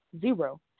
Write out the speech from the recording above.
zero